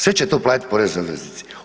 Sve će to platiti porezni obveznici.